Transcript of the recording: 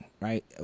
right